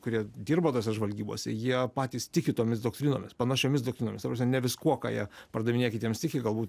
kurie dirba tose žvalgybose jie patys tiki tomis doktrinomis panašiomis doktrinomis ta prasme ne viskuo ką jie pardavinėja kitiems tiki galbūt